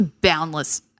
boundless